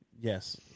Yes